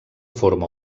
forma